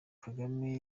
kagame